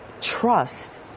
trust